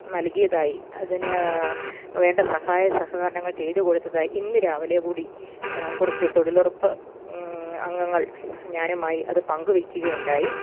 നൽകിയതായി അതിനുവേണ്ട സഹായ സഹകരണങ്ങൾ ചെയ്തുകൊടുത്തതായി ഇന്ന് രാവിലെകൂടി കുറച്ച് തൊഴിലുറപ്പ് അംഗങ്ങൾ ഞാനുമായി അത് പങ്കു വയ്ക്കുകയുണ്ടായി